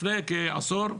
לפני כעשור,